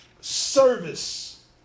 service